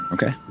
Okay